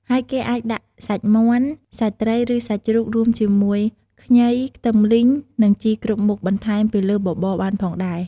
ហើយគេអាចដាក់សាច់មាន់ សាច់ត្រីឬសាច់ជ្រូក រួមជាមួយខ្ញី ខ្ទឹមលីង និងជីគ្រប់មុខបន្ថែមពីលើបបរបានផងដែរ។